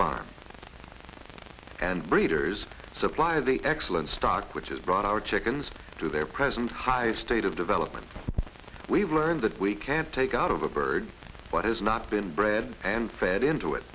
with and breeders supply the excellent stock which has brought our chickens to their present high state of development we've learned that we can take out of a bird what has not been bred and fed into it